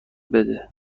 بده